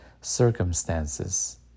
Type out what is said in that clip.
circumstances